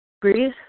Breathe